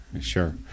Sure